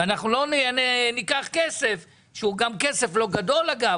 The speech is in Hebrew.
ואנחנו לא ניקח כסף שהוא גם כסף לא גדול אגב,